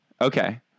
Okay